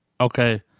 okay